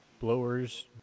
blowers